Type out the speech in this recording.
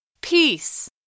Peace